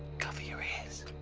cover your ears,